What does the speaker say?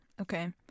Okay